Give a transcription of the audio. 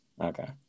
Okay